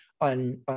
on